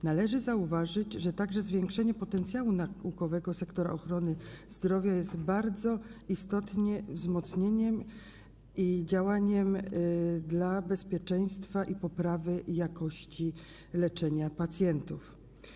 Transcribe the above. Należy zauważyć, że także zwiększenie potencjału naukowego sektora ochrony zdrowia jest bardzo istotnym wzmocnieniem i działaniem dla bezpieczeństwa i poprawy jakości leczenia pacjentów.